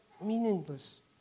meaningless